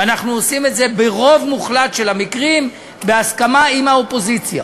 ואנחנו עושים את זה ברוב המוחלט של המקרים בהסכמה עם האופוזיציה.